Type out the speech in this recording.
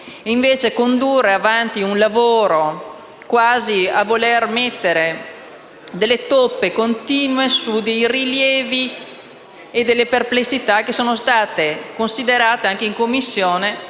invece portato avanti il lavoro quasi a voler mettere delle toppe continue rispetto a rilievi e a perplessità che sono state considerati anche in Commissione